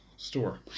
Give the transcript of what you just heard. Store